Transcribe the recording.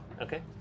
Okay